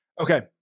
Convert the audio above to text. Okay